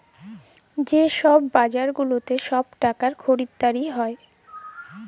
যে ছব বাজার গুলাতে ছব টাকার খরিদারি হ্যয়